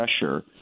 pressure